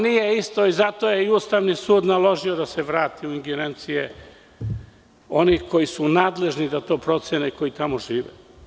Nije isto i zato je Ustavni sud naložio da se vrate ingerencije onih koji su nadležni da to procene i koji tamo žive.